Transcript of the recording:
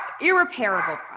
irreparable